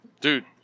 dude